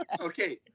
okay